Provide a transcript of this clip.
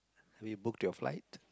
have you booked your flight